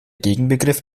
gegenbegriff